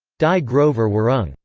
die grosse verwirrung.